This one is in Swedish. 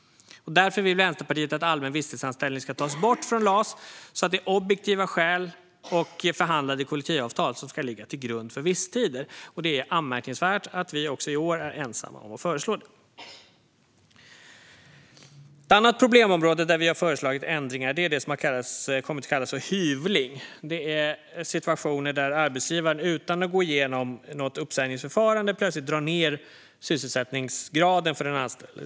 Därför vill Vänsterpartiet att allmän visstidsanställning ska tas bort från LAS, så att det är objektiva skäl och förhandlade kollektivavtal som ska ligga till grund för visstider. Det är anmärkningsvärt att vi även i år är ensamma om att föreslå det. Ett annat problemområde där vi har föreslagit ändringar är det som har kommit att kallas för hyvling. Det är situationer där arbetsgivaren utan att gå igenom något uppsägningsförfarande plötsligt drar ned sysselsättningsgraden för den anställde.